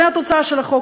זו התוצאה של החוק,